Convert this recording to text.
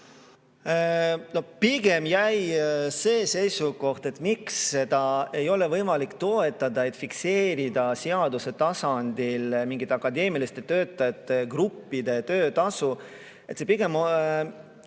No pigem jäi see seisukoht, miks seda ei ole võimalik toetada, et fikseerida seaduse tasandil mingite akadeemiliste töötajate gruppide töötasu – see on pigem